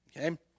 okay